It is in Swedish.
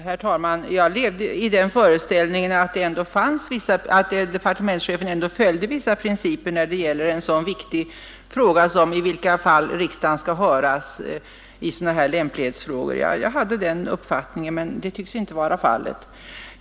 Herr talman! Jag levde i den föreställningen att departementschefen ändå följde vissa principer när det gällde en så viktig fråga som i vilka fall riksdagen skall höras i sådana här lämplighetsfrågor. Så tycks emellertid inte vara fallet.